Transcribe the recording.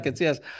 yes